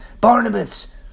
Barnabas